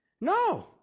No